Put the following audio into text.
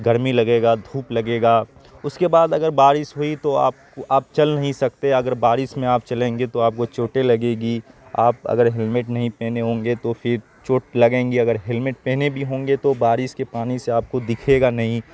گرمی لگے گا دھوپ لگے گا اس کے بعد اگر بارش ہوئی تو آپ آپ چل نہیں سکتے اگر بارش میں آپ چلیں گے تو آپ کو چوٹیں لگے گی آپ اگر ہیلمنٹ نہیں پہنے ہوں گے تو پھر چوٹ لگیں گی اگر ہیلمنٹ پہنے بھی ہوں گے تو بارش کے پانی سے آپ کو دکھے گا نہیں